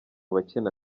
bakina